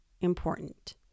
important